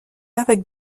avec